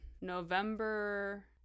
november